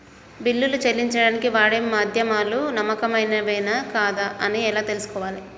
బిల్లులు చెల్లించడానికి వాడే మాధ్యమాలు నమ్మకమైనవేనా కాదా అని ఎలా తెలుసుకోవాలే?